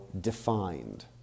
defined